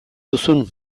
duzun